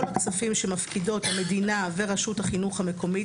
כל הכספים שמפקידות המדינה ורשות החינוך המקומית